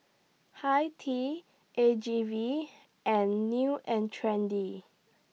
Hi Tea A G V and New and Trendy